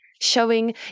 showing